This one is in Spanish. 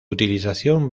utilización